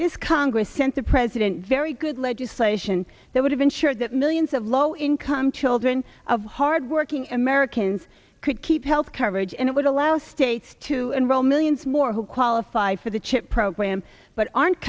this congress sent the president very good legislation that would have ensured that millions of low income children of hard working americans could keep health coverage and it would allow states to enroll millions more who qualify for the chip program but aren't